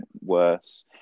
worse